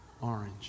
orange